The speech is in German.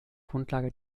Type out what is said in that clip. grundlage